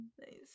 Nice